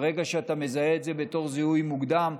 ברגע שאתה מזהה את זה זיהוי מוקדם,